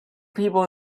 people